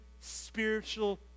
spiritual